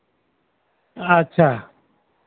ᱟᱪᱪᱷᱟ